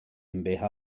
fungierte